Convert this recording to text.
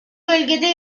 bölgede